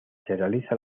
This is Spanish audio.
realiza